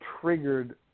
triggered